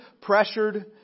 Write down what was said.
pressured